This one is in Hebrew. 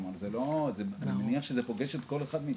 זה פוגש כל אחד מאיתנו.